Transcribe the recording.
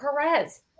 Perez